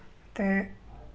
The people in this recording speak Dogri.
ते